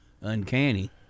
uncanny